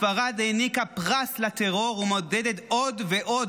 ספרד העניקה פרס לטרור ומעודדת עוד ועוד